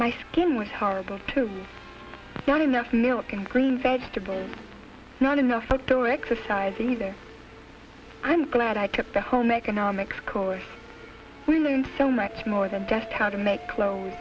my skin was horrible to not enough milk in green vegetables not in the photo exercise either i'm glad i kept the home economics course we learned so much more than just how to make clothes